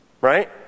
right